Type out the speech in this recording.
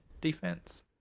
defense